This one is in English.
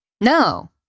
No